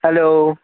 hello